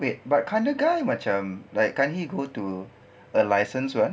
wait but kinda guy macam like can't he go to a licensed [one]